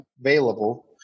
available